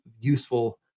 useful